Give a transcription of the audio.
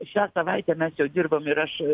šią savaitę mes jau dirbam ir aš